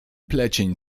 plecień